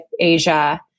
Asia